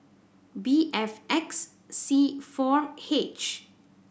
B F X C four H